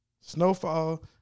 Snowfall